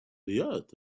earth